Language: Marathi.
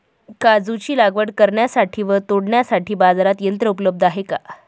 काजूची लागवड करण्यासाठी व तोडण्यासाठी बाजारात यंत्र उपलब्ध आहे का?